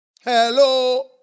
Hello